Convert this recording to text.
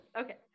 Okay